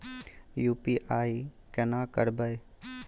UPI केना करबे?